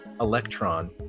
electron